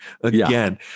again